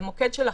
למוקד של החברה.